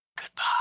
Goodbye